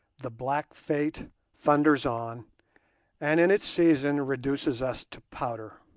the black fate thunders on and in its season reduces us to powder.